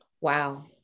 Wow